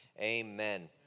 Amen